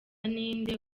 ninde